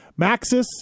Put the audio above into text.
Maxis